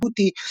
ג'יבוטי,